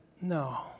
no